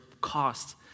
cost